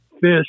fish